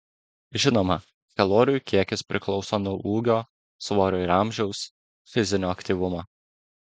žinoma kalorijų kiekis priklauso nuo ūgio svorio ir amžiaus fizinio aktyvumo